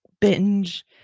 binge